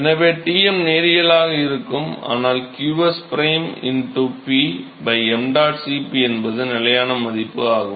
எனவே Tm நேரியலாக இருக்கும் ஆனால் qs prime P ṁ Cp என்பது நிலையான மதிப்பு ஆகும்